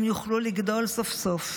הם יוכלו לגדול סוף-סוף.